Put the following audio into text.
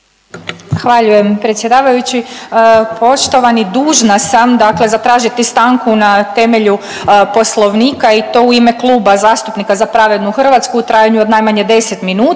Zahvaljujem predsjedavajući. Poštovani, dužna sam dakle zatražiti stanku na temelju poslovnika i to u ime Kluba zastupnika Za pravednu Hrvatsku u trajanju od najmanje 10 minuta.